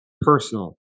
personal